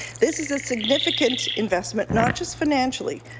this is a significant investment not just financially